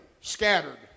scattered